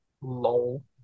Lol